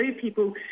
people